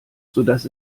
sodass